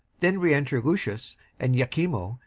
then re-enter lucius and iachimo,